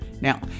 Now